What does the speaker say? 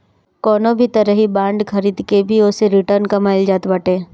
कवनो भी तरही बांड खरीद के भी ओसे रिटर्न कमाईल जात बाटे